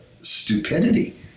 stupidity